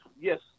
yes